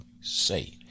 say